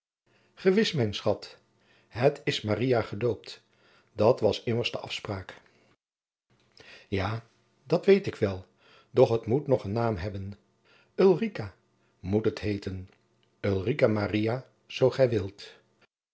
gewis mijn schat het is maria gedoopt dat was immers de afspraak jacob van lennep de pleegzoon ja dat weet ik wel doch het moet nog een naam hebben ulrica moet het heeten ulrica maria zoo gij wilt